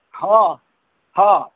हँ हँ